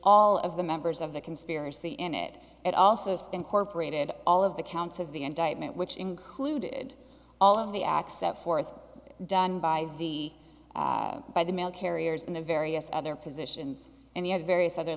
all of the members of the conspiracy in it and also stand corporate and all of the counts of the indictment which included all of the accept forth done by the by the mail carriers and the various other positions and the various other